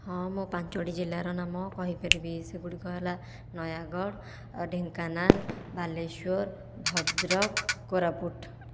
ହଁ ମୁଁ ପାଞ୍ଚୋଟି ଜିଲ୍ଲାର ନାମ କହିପାରିବି ସେଗୁଡ଼ିକ ହେଲା ନୟାଗଡ଼ ଢେଙ୍କାନାଳ ବାଲେଶ୍ଵର ଭଦ୍ରକ କୋରାପୁଟ